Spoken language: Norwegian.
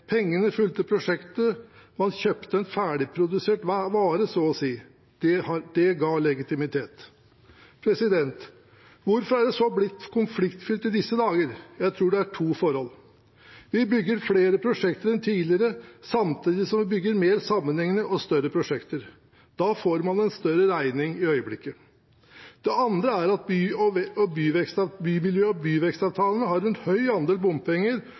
Pengene fulgte prosjektet – man kjøpte en ferdigprodusert vare, så å si. Det ga legitimitet. Hvorfor er det så blitt konfliktfylt i disse dager? Jeg tror det skyldes to forhold. Vi bygger flere prosjekter enn tidligere, samtidig som vi bygger mer sammenhengende og større prosjekter. Da får man en større regning i øyeblikket. Det andre er at bymiljø- og byvekstavtalene har en høy andel bompenger, og har et mer uklart kostnadsbilde. Da vi i 2012 foretok en